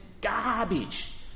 garbage